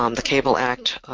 um the cable act,